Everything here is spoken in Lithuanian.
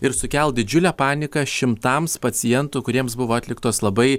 ir sukelt didžiulę paniką šimtams pacientų kuriems buvo atliktos labai